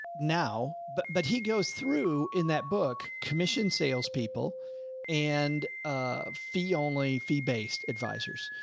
now, but, but he goes through in that book, commissioned salespeople and a fee only fee based advisors.